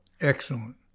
Excellent